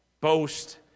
Boast